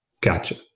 Gotcha